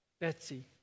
Betsy